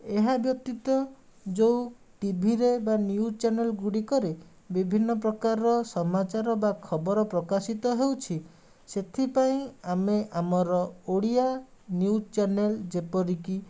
ଏହା ବ୍ୟତୀତ ଯୋଉ ଟିଭିରେ ବା ନ୍ୟୁଜ୍ ଚ୍ୟାନେଲ୍ ଗୁଡ଼ିକରେ ବିଭିନ୍ନ ପ୍ରକାରର ସମାଚାର ବା ଖବର ପ୍ରକାଶିତ ହେଉଛି ସେଥିପାଇଁ ଆମେ ଆମର ଓଡ଼ିଆ ନ୍ୟୁଜ୍ ଚ୍ୟାନେଲ୍ ଯେପରିକି